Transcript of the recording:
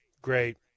Great